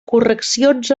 correccions